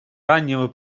раннего